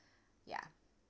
ya